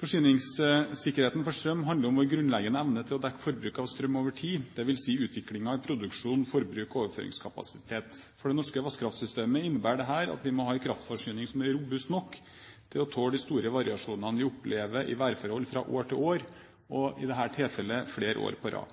Forsyningssikkerheten for strøm handler om vår grunnleggende evne til å dekke forbruket av strøm over tid, dvs. utviklingen i produksjon, forbruk og overføringskapasitet. For det norske vannkraftsystemet innebærer dette at vi må ha en kraftforsyning som er robust nok til å tåle de store variasjonene vi opplever i værforhold fra år til år, i dette tilfellet flere år på rad.